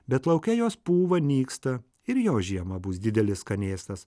bet lauke jos pūva nyksta ir jos žiemą bus didelis skanėstas